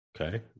okay